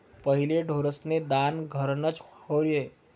पहिले ढोरेस्न दान घरनंच र्हाये